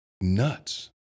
nuts